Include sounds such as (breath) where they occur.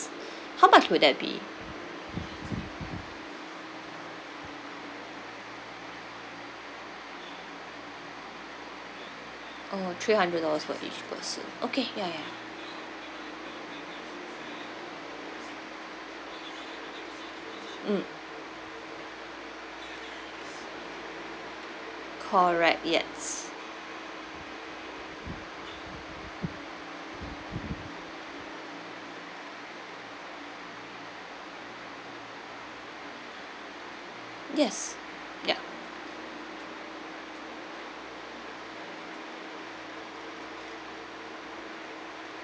(breath) how much would that be orh three hundred dollars for each person okay ya ya mm (breath) correct yes yes ya